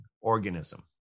organism